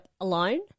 alone